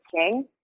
King